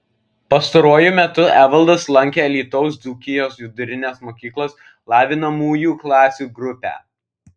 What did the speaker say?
pastaruoju metu evaldas lankė alytaus dzūkijos vidurinės mokyklos lavinamųjų klasių grupę